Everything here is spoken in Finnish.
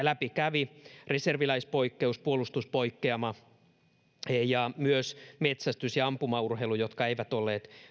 läpi kävi reserviläispoikkeus puolustuspoikkeama ja myös metsästys ja ampumaurheilu jotka eivät olleet puolustusvaliokunnassa